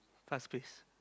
fast pace